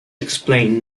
explain